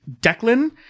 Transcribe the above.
Declan